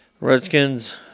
Redskins